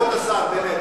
איך תעשה שלום?